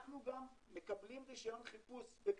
אנחנו גם מקבלים רישיון חיפוש בקפריסין,